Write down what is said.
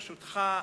ברשותך,